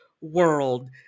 world